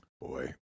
Boy